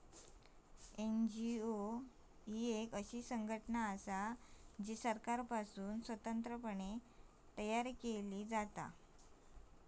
NGO एक अशी संघटना असा जी सरकारपासुन स्वतंत्र पणे तयार केली जाता